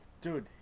Dude